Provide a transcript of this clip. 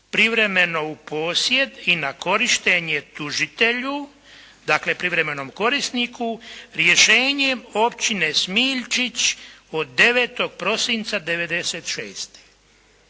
privremeno u posjed i na korištenje tužitelju dakle, privremenom korisniku rješenjem Općine Smiljčić od 9. prosinca 1996.